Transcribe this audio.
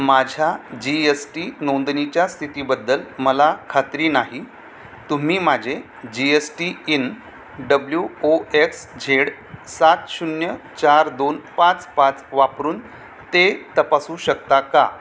माझ्या G S T नोंदणीच्या स्थितीबद्दल मला खात्री नाही तुम्ही माझे G S T IN W O X Z सात शून्य चार दोन पाच पाच वापरून ते तपासू शकता का